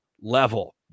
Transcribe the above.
level